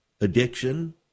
addiction